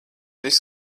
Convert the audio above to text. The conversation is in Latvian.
viss